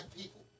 people